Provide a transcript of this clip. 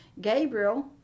gabriel